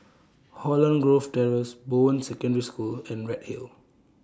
Holland Grove Terrace Bowen Secondary School and Redhill